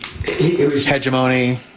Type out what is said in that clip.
hegemony